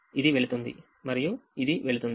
ఇది వెళుతుంది మరియు ఇది వెళుతుంది